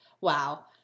wow